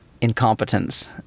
incompetence